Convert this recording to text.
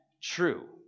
true